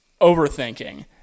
overthinking